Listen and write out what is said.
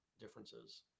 differences